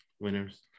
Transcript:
winners